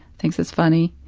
thinks it's funny,